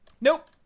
Nope